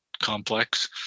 complex